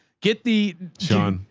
get the john,